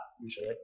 usually